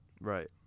Right